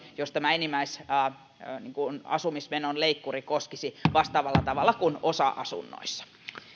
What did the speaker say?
joita tämä enimmäisasumismenon leikkuri koskisi vastaavalla tavalla kuin osa asunnoissa